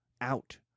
Out